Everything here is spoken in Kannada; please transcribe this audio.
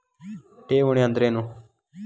ಠೇವಣಿ ಅಂದ್ರೇನು?